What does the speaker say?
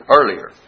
earlier